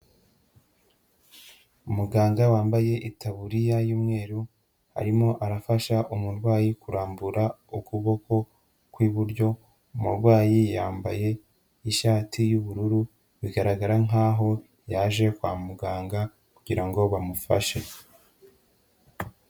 Umuganga wambaye itaburiya y'umweru, arimo arafasha umurwayi kurambura ukuboko ku iburyo, umurwayi yambaye ishati y'ubururu, bigaragara nkaho yaje kwa muganga kugira ngo bamufashe.